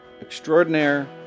Extraordinaire